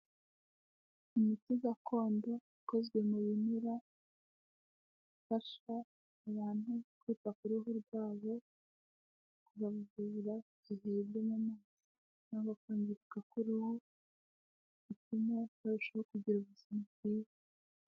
Umuti gakondo ukozwe mu bimera, ufasha abantu kwita ku ruhu rwabo, kubavura ibiheri byo mu maso cyangwa kwangirika k'uruhu. Bituma barushaho kugira ubuzima bwiza.